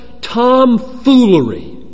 tomfoolery